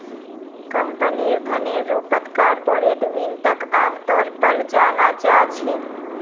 कम्पनीर धनेर रूपत कार्पोरेट वित्तक आमतौर पर जाना जा छे